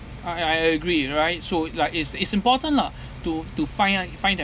uh e~ I I agree right so like is is important lah to to find find the